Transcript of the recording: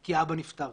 כי האבא נפטר.